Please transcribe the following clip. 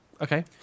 okay